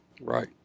Right